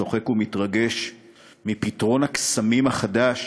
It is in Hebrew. צוחק ומתרגש מפתרון הקסמים החדש